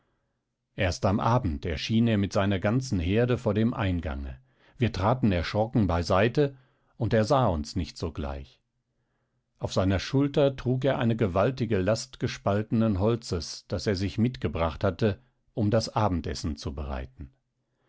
erst am abend erschien er mit seiner ganzen herde vor dem eingange wir traten erschrocken beiseite und er sah uns nicht sogleich auf seiner schulter trug er eine gewaltige last gespaltenen holzes das er sich mitgebracht hatte um das abendessen zu bereiten